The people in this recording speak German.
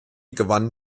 gewannen